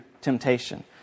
temptation